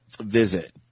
visit